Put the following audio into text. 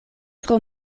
tro